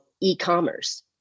e-commerce